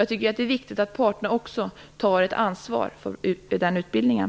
Jag tycker att det är viktigt att även parterna tar ett ansvar för den här utbildningen.